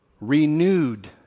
renewed